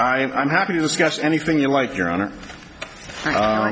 i'm happy to discuss anything you like your honor